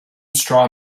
straw